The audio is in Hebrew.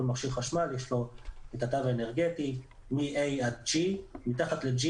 כל מכשיר חשמל יש לו את התו האנרגטי מ-A עד G. מתחת ל-G